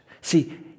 See